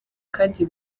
kandi